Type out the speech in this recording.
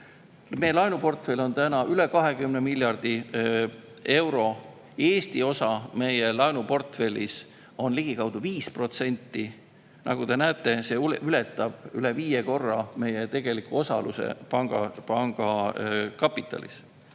Meie laenuportfell on üle 20 miljardi euro. Eesti osa meie laenuportfellis on ligikaudu 5%. Nagu te näete, see ületab üle viie korra [Eesti] tegelikku osalust panga kapitalis.